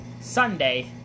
Sunday